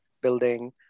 building